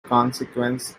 consequence